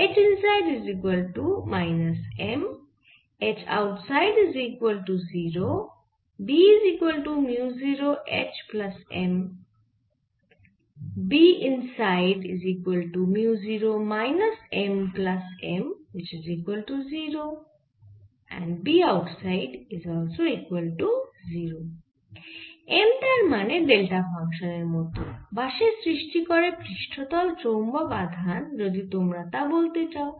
M তার মানে delta ফাংশানের মত বা সে সৃষ্টি করে পৃষ্ঠতল চৌম্বক আধান যদি তোমরা তা বলতে চাও